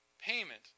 payment